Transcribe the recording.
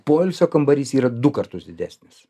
poilsio kambarys yra du kartus didesnis